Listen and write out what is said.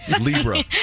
Libra